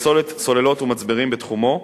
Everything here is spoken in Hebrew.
ופסולת סוללות ומצברים בתחומו,